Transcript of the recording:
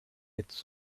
hits